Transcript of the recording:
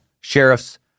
sheriffs